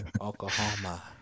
Oklahoma